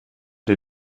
dir